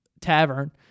tavern